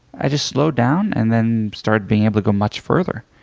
i just slowed down and then started being able to go much further.